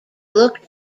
looked